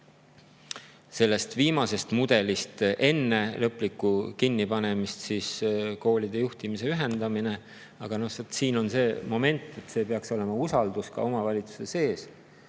kõneleda viimasest mudelist enne lõplikku kinnipanemist – see on koolide juhtimise ühendamine –, siis siin on see moment, et siis peaks olema usaldus omavalitsuse sees.